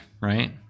Right